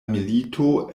milito